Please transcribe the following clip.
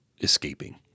escaping